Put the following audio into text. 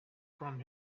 from